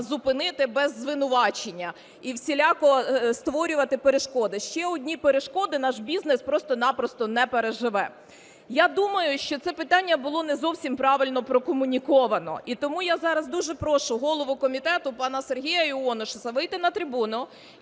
зупинити без звинувачення і всіляко створювати перешкоди. Ще одні перешкоди наш бізнес просто-напросто не переживе. Я думаю, що це питання було не зовсім правильно прокумуніковано, і тому я зараз дуже прошу голову комітету пана Сергія Іонушаса вийти на трибуну